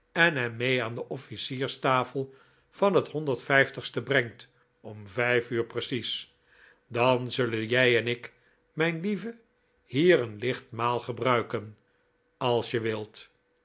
en hem mee aan de offlcierstafel van het honderd vijftigste brengt om vijf uur precies dan zullen jij en ik mijn lieve hier een licht maal gebruiken als je wilt